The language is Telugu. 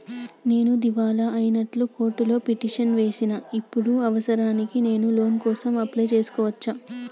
నేను దివాలా అయినట్లు కోర్టులో పిటిషన్ ఏశిన ఇప్పుడు అవసరానికి నేను లోన్ కోసం అప్లయ్ చేస్కోవచ్చా?